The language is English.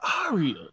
Aria